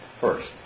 First